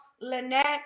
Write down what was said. Lynette